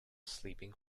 sleeping